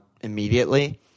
immediately